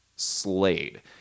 Slade